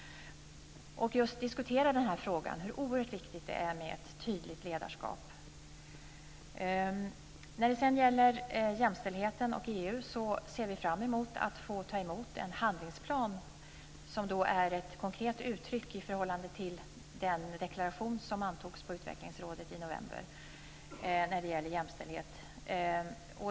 Vi diskuterade frågan hur oerhört viktigt det är med ett tydligt ledarskap. När det sedan gäller jämställdheten och EU ser vi fram emot att ta emot den handlingsplan som är ett konkret uttryck i förhållande till den deklaration som antogs av utvecklingsrådet i november om jämställdhet.